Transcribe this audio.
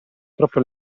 troppo